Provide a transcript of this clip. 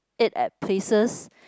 ate at places